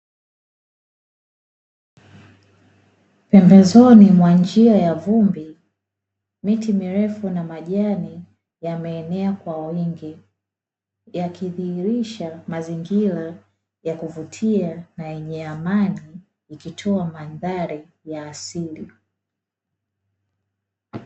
Pembezoni mwa njia ya vumbi miti mirefu na majani yameenea kwa wingi, yakidhihirisha mazingira ya kuvutia na yenye amani ikitoa mandhari ya asili.